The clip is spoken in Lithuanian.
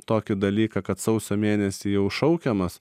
tokį dalyką kad sausio mėnesį jau šaukiamas